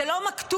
זה לא מכתוב.